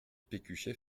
pécuchet